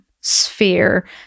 sphere